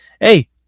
Hey